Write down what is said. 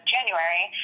January